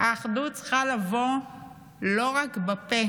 האחדות צריכה לבוא לא רק בפה